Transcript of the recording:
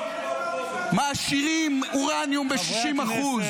מעשירים אורניום ב-60%.